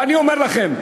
ואני אומר לכם,